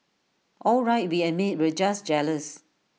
all right we admit we're just jealous